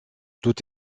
tout